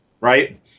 Right